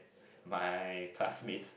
my classmates